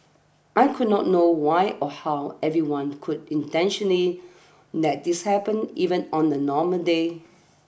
I wouldn't know why or how anyone would intentionally let this happen even on a normal day